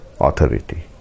authority